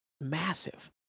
massive